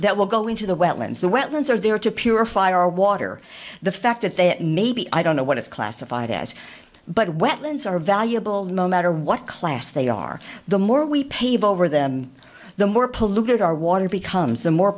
will go into the wetlands the wetlands are there to purify our water the fact that there may be i don't know what it's classified as but wetlands are valuable no matter what class they are the more we pave over them and the more polluted our water becomes